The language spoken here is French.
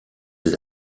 des